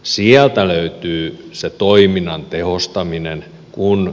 sieltä löytyi se toiminnan tehostaminen kun